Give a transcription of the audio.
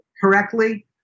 correctly